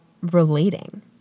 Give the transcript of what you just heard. relating